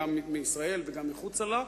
גם מישראל וגם מחוץ לה,